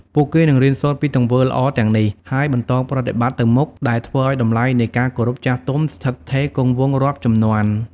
ពួកគេនឹងរៀនសូត្រពីទង្វើល្អទាំងនេះ ហើយបន្តប្រតិបត្តិទៅមុខ ដែលធ្វើឲ្យតម្លៃនៃការគោរពចាស់ទុំស្ថិតស្ថេរគង់វង្សរាប់ជំនាន់។